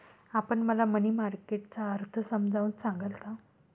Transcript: आपण मला money market चा अर्थ समजावून सांगाल का?